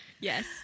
Yes